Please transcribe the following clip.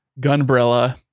Gunbrella